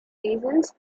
reasons